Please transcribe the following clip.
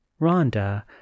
Rhonda